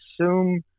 assume